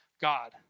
God